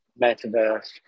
metaverse